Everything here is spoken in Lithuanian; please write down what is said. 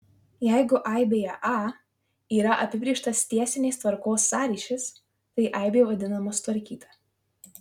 jeigu aibėje a yra apibrėžtas tiesinės tvarkos sąryšis tai aibė vadinama sutvarkyta